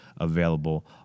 available